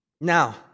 Now